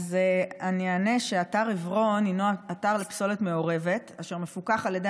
אז אני אענה שאתר עברון הוא אתר לפסולת מעורבת אשר מפוקח על ידי